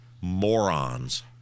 morons